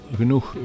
genoeg